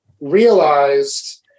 realized